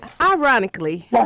ironically